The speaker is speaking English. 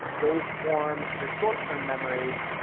those form your short term memories.